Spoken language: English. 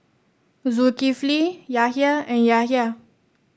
Zulkifli Yahya and Yahya